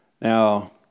Now